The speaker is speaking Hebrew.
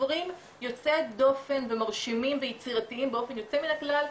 דברים יוצאי דופן ומרשימים ויצירתיים באופן יוצא מן הכלל.